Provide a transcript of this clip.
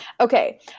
Okay